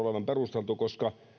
olevan perusteltu koska